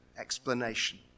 explanation